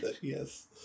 Yes